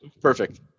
perfect